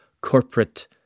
corporate